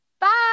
Bye